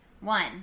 One